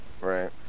Right